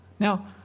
Now